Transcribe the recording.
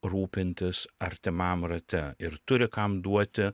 rūpintis artimam rate ir turi kam duoti